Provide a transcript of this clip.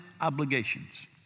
obligations